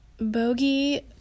Bogey